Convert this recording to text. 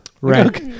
Right